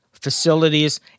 facilities